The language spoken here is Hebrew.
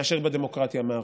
מאשר בדמוקרטיה המערבית,